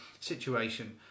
situation